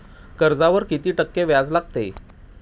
कर्जावर किती टक्के व्याज लागते?